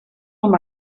com